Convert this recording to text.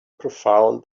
profound